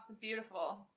beautiful